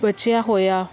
ਬਚਿਆ ਹੋਇਆ